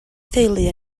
theulu